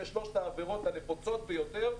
אלה שלוש העבירות הנפוצות ביותר,